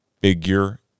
Figure